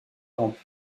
rampe